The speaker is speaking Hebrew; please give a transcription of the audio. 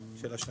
השנה.